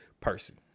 person